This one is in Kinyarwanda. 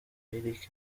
eric